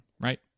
right